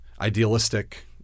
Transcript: idealistic